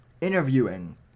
interviewing